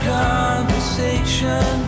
conversation